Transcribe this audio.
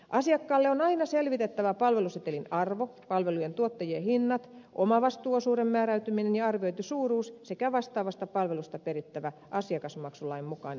asiakkaalle on aina selvitettävä palvelusetelin arvo palvelujen tuottajien hinnat omavastuuosuuden määräytyminen ja arvioitu suuruus sekä vastaavasta palvelusta perittävä asiakasmaksulain mukainen asiakasmaksu